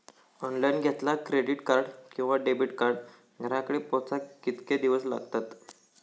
Online घेतला credit card किंवा debit card घराकडे पोचाक कितके दिस लागतत?